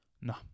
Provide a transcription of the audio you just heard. No